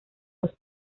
los